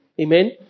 Amen